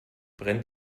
brennt